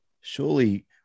surely